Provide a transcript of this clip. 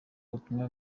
ubutumwa